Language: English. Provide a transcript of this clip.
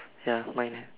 ya mine